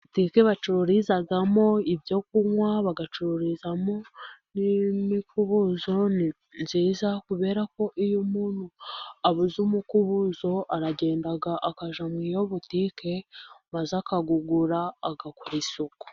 Butike bacururizamo ibyo kunywa ,bagacururizamo n'imikubuzo. Ni nziza kubera ko iyo umuntu abuze umukubuzo aragenda akajya muri iyo butike akawugura agakora isuku.